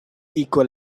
equal